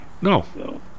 No